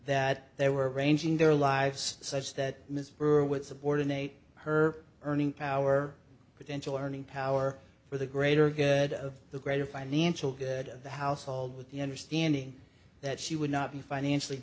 that they were arranging their lives such that ms rouer would subordinate her earning power potential earning power for the greater good of the greater financial good of the household with the understanding that she would not be financially